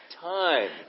time